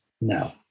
no